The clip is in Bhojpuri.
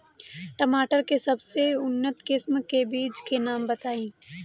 टमाटर के सबसे उन्नत किस्म के बिज के नाम बताई?